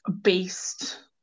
based